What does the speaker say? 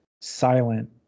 silent